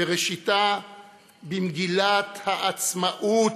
ראשיתו במגילת העצמאות,